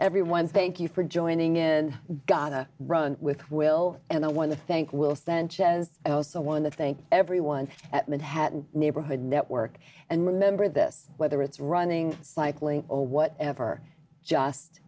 everyone thank you for joining in gotta run with will and i want to thank will send chaz also one that think everyone at manhattan neighborhood network and remember this whether it's running cycling or whatever just